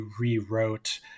rewrote